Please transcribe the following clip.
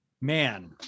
Man